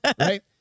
right